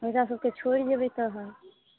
बच्चा सबके छोड़ि जेबय तहन